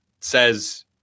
says